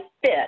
fit